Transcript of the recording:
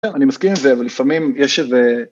כן, אני מסכים עם זה, אבל לפעמים, יש איזה...